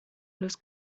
los